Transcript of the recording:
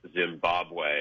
Zimbabwe